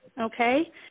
okay